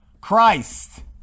Christ